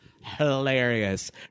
hilarious